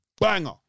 banger